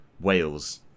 Wales